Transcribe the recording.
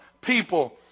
people